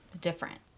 different